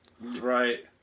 Right